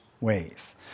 ways